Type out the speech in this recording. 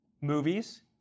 Movies